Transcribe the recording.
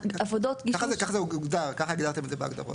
ככה זה הוגדר, ככה הגדרתם את זה בהגדרות.